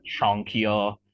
chunkier